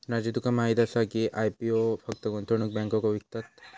राजू तुका माहीत आसा की, आय.पी.ओ फक्त गुंतवणूक बँको विकतत?